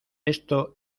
esto